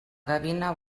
gavina